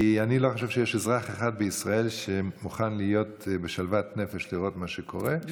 אני לא חושב שיש אזרח אחד בישראל שמוכן להיות בשלוות נפש לאור מה שקורה,